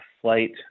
flight